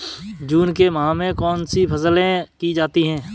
जून के माह में कौन कौन सी फसलें की जाती हैं?